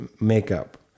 makeup